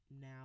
now